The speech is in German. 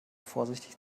vorsichtig